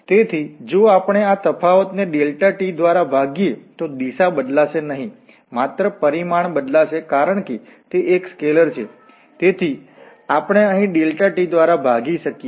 તેથી જો આપણે આ તફાવતને ∆t દ્વારા ભાગીએ તો દિશા બદલાશે નહીં માત્ર પરિમાણ બદલાશે કારણ કે તે એક સ્કેલર છે તેથી આપણે અહીં ∆t દ્વારા ભાગી શકીએ